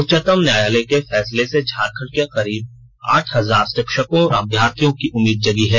उच्चतम न्यायालय के फैसले से झारखंड के करीब आठ हजार शिक्षकों और अभ्यर्थियों की उम्मीद जगी है